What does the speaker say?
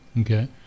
Okay